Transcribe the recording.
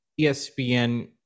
ESPN